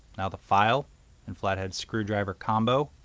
now the file and flat head screw driver combo.